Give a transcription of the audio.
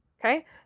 Okay